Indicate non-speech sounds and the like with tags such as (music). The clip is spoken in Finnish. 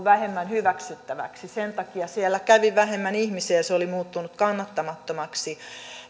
(unintelligible) vähemmän hyväksyttäväksi sen takia siellä kävi vähemmän ihmisiä ja se oli muuttunut kannattamattomaksi